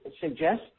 suggest